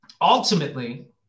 ultimately